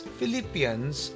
Philippians